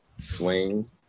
Swing